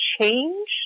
change